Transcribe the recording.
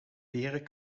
peren